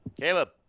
Caleb